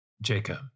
Jacob